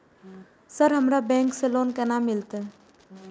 Sir हमरा bank से loan केना मिलते?